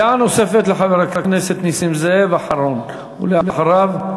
דעה נוספת לחבר הכנסת נסים זאב, אחרון, ואחריו,